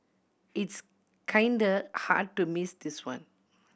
it's kinda hard to miss this one